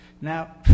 Now